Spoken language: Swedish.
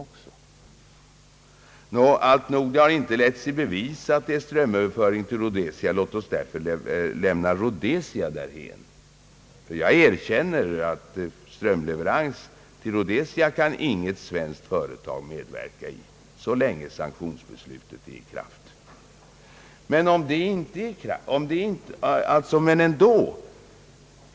Eftersom det inte bevisats att det kommer att ske strömöverföring till Rhodesia, anser jag att vi kan t. v. lämna den aspekten av frågan därhän. Inget svenskt företag kan medverka till strömleverans till Rhodesia så länge sanktionsbeslutet är i kraft.